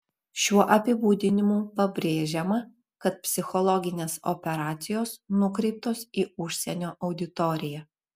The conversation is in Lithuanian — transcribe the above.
šiuo apibūdinimu pabrėžiama kad psichologinės operacijos nukreiptos į užsienio auditoriją